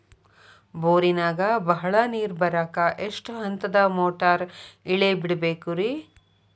ಬೋರಿನಾಗ ಬಹಳ ನೇರು ಬರಾಕ ಎಷ್ಟು ಹಂತದ ಮೋಟಾರ್ ಇಳೆ ಬಿಡಬೇಕು ರಿ?